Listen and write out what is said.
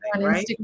right